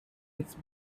its